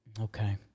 Okay